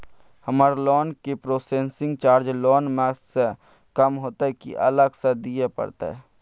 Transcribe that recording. हमर लोन के processing charge loan म स कम होतै की अलग स दिए परतै?